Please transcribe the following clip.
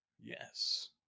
Yes